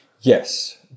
Yes